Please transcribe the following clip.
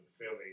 Philly